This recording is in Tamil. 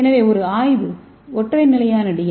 எனவே ஒரு ஆய்வு ஒற்றை நிலையான டி